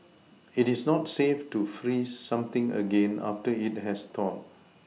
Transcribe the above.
it is not safe to freeze something again after it has thawed